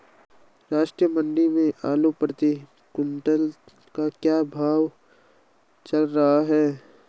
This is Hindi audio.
राष्ट्रीय मंडी में आलू प्रति कुन्तल का क्या भाव चल रहा है?